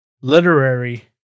literary